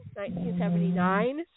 1979